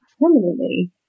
permanently